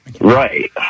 Right